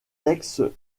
textes